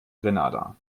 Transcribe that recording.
grenada